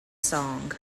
song